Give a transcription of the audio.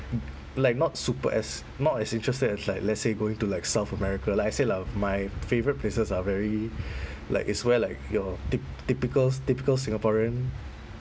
like not super as not as interested as like like let's say going to like south america like I said lah my favourite places are very like it's where like your typ~ typical typical singaporean